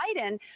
Biden